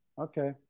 okay